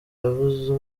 yavuzwe